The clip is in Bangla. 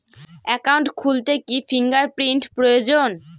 একাউন্ট খুলতে কি ফিঙ্গার প্রিন্ট প্রয়োজন?